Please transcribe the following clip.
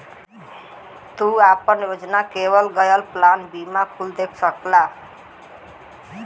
तू आपन योजना, लेवल गयल प्लान बीमा कुल देख सकला